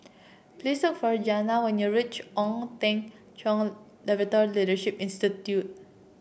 please sir for Janay when you reach Ong Teng Cheong Labourt Leadership Institute